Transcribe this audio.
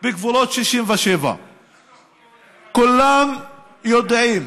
בגבולות 67'. כולם יודעים